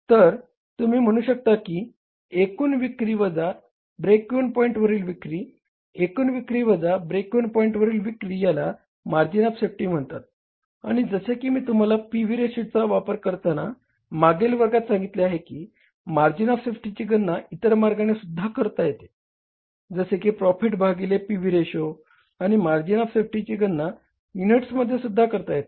तर तुम्ही म्हणू शकता की एकूण विक्री वजा ब्रेक इव्हन पॉईंटवरील विक्री एकूण विक्री वजा ब्रेक इव्हन पॉईंटवरील विक्री याला मार्जिन ऑफ सेफ्टी म्हणतात आणि जसे की मी तुम्हाला पी व्ही रेशोचा वापर करताना मागील वर्गात सांगितली आहे की मार्जिन ऑफ सेफ्टीची गणना इतर मार्गानेसुद्धा करता येते जसे की प्रॉफिट भागिले पी व्ही रेशो आणि मार्जिन ऑफ सेफ्टीची गणना युनिट्समध्येसुद्धा करता येते